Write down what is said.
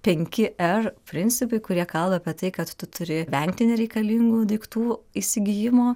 penki er principai kurie kalba apie tai kad tu turi vengti nereikalingų daiktų įsigijimo